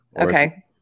Okay